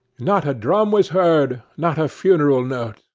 not a drum was heard, not a funeral note,